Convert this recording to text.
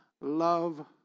Love